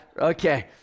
okay